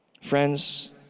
Friends